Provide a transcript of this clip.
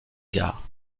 gare